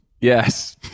yes